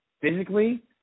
physically